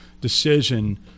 decision